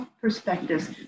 perspectives